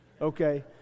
Okay